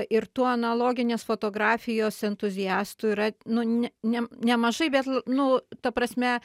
ir tų analoginės fotografijos entuziastų yra nu ne ne ne mažai bet nu ta prasme